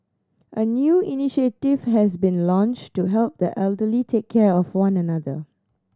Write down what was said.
a new initiative has been launched to help the elderly take care of one another